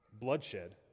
bloodshed